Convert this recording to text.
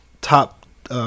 top